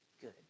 good